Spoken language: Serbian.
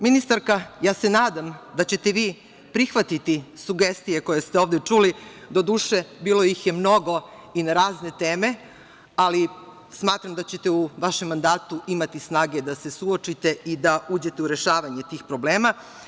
Ministarka ja se nadam da ćete vi prihvatiti sugestije koje ste ovde čuli, doduše bilo ih je mnogo i na razne teme, ali smatram da ćete u vašem mandatu imati snage da se suočite i da uđete u rešavanje tih problema.